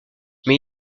mais